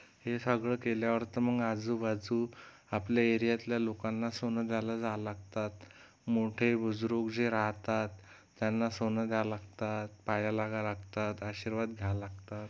हे सगळं केल्यावर तर मग आजूबाजू आपल्या एरियातल्या लोकांना सोनं द्यायला जाय लागतात मोठे बुजरू जे रहातात त्यांना सोनं द्याय लागतात पाया लागा लागतात आशीर्वाद घ्या लागतात